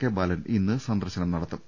K Balan ഇന്ന് സന്ദർശനം നടത്തും